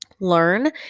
learn